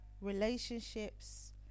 relationships